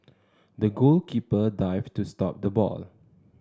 the goalkeeper dived to stop the ball